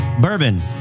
bourbon